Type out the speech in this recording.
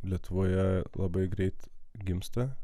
lietuvoje labai greit gimsta